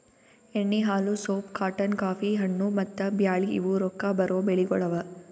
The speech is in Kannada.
ಎಣ್ಣಿ, ಹಾಲು, ಸೋಪ್, ಕಾಟನ್, ಕಾಫಿ, ಹಣ್ಣು, ಮತ್ತ ಬ್ಯಾಳಿ ಇವು ರೊಕ್ಕಾ ಬರೋ ಬೆಳಿಗೊಳ್ ಅವಾ